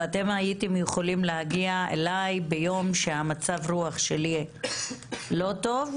ואתם הייתם יכולים להגיע אליי ביום שמצב הרוח שלי לא טוב,